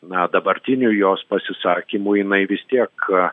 na dabartinių jos pasisakymų jinai vis tiek